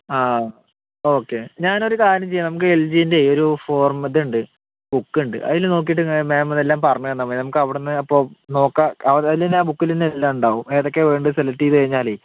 ആ ഓക്കേ ഞാൻ ഒരു കാര്യം ചെയ്യാം നമുക്ക് എൽ ജീൻ്റെ ഒരു ഫോർമാറ്റ് ഉണ്ട് ബുക്ക് ഉണ്ട് അതിൽ നോക്കിയിട്ട് മാമിനെല്ലാം പറഞ്ഞു തന്നാൽ മതിയോ നമുക്ക് അവിടെ നിന്ന് അപ്പോൾ നോക്കാം ആ ബുക്കിൽ തന്നെ എല്ലാം ഉണ്ടാവും ഏതൊക്കെയാണ് വേണ്ടത് സെലക്ട് ചെയ്തു കഴിഞ്ഞാൽ